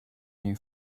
new